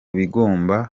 bigomba